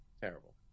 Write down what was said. terrible